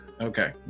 Okay